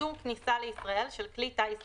איסור כניסה לישראל של כלי טיס זר.